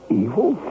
evil